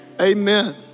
Amen